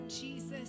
Jesus